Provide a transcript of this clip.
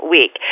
Week